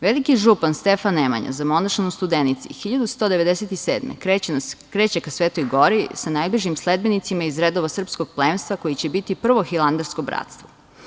Veliki župan Stefan Nemanja zamonašen u Studenici 1197. godine kreće ka Svetoj Gori sa najbližim sledbenicima iz redova srpskog plemstva koji će biti prvo hilandarsko bratstvo.